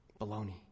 Baloney